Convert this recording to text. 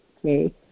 Okay